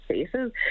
spaces